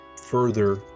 further